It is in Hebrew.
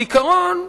בעיקרון,